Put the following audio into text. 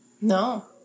No